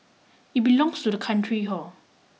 it belongs to the country hor